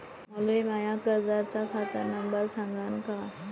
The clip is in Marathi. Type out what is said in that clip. मले माया कर्जाचा खात नंबर सांगान का?